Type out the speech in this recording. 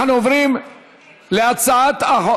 אנחנו עוברים להצעת חוק